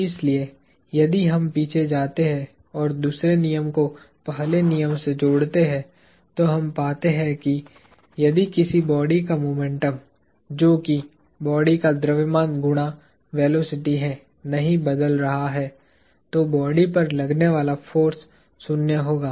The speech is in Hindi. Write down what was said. इसलिए यदि हम पीछे जाते हैं और दूसरे नियम को पहले नियम से जोड़ते हैं तो हम पाते हैं कि यदि किसी बॉडी का मोमेंटम जो कि बॉडी का द्रव्यमान गुणा वेलोसिटी है नहीं बदल रहा है तो बॉडी पर लगने वाला फोर्स शून्य होगा